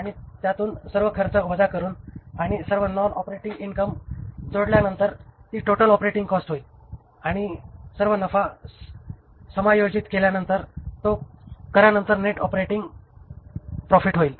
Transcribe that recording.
आणि त्यातून सर्व खर्च वजा करून आणि सर्व नॉन ऑपरेटिंग इनकम जोडल्यानंतर ती टोटल ऑपरेटिंग कॉस्ट होईल आणि सर्व नफा समायोजित केल्यानंतर तो करानंतर नेट ऑपरेटिंग प्रॉफिट होईल